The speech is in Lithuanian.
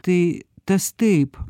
tai tas taip